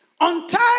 untie